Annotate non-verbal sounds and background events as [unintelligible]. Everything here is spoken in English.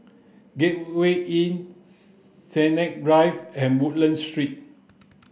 Gateway Inn [unintelligible] Sennett Drive and Woodlands Street